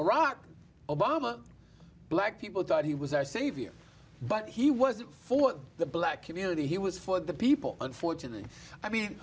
iraq obama black people thought he was our savior but he was for the black community he was for the people unfortunately i mean